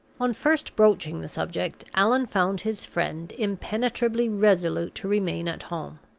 on first broaching the subject, allan found his friend impenetrably resolute to remain at home.